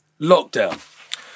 lockdown